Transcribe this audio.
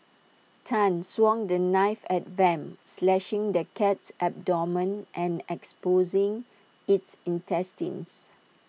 Tan swung the knife at Vamp slashing the cat's abdomen and exposing its intestines